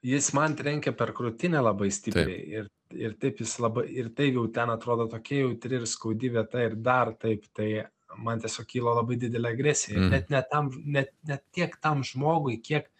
jis man trenkė per krūtinę labai stipriai ir ir taip jis labai ir tai jau ten atrodo tokia jautri ir skaudi vieta ir dar taip tai man tiesiog kilo labai didelė agresija ir net ne tam net ne tiek tam žmogui kiek